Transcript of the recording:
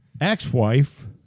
Ex-wife